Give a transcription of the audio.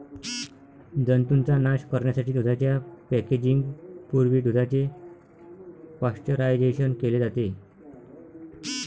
जंतूंचा नाश करण्यासाठी दुधाच्या पॅकेजिंग पूर्वी दुधाचे पाश्चरायझेशन केले जाते